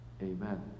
Amen